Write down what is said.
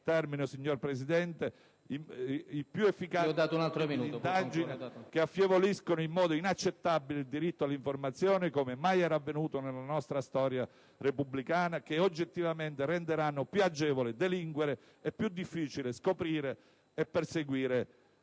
efficaci strumenti di indagine, che affievoliscono in modo inaccettabile il diritto all'informazione, come mai era avvenuto nella nostra storia repubblicana, e che oggettivamente renderanno più agevole delinquere e più difficile scoprire e perseguire